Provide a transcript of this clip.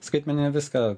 skaitmeninė viską